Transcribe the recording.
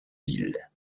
ville